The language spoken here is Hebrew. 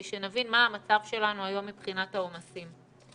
שנבין מה המצב שלנו היום מבחינת העומסים.